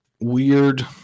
weird